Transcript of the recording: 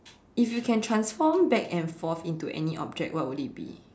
if you can transform back and forth into any object what would it be